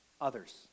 others